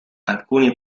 alcuni